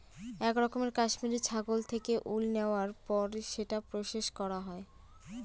এক রকমের কাশ্মিরী ছাগল থেকে উল নেওয়ার পর সেটা প্রসেস করা হয়